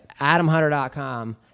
adamhunter.com